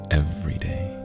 everyday